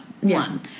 One